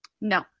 No